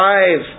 Five